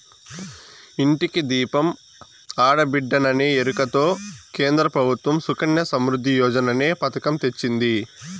ఇంటికి దీపం ఆడబిడ్డేననే ఎరుకతో కేంద్ర ప్రభుత్వం సుకన్య సమృద్ధి యోజననే పతకం తెచ్చింది